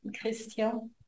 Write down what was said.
Christian